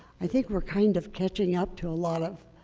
i think we're kind of catching up to a lot of